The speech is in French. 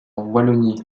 wallonie